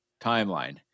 timeline